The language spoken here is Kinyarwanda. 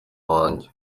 wanjye